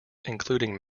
including